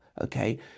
Okay